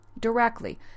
directly